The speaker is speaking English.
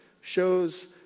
shows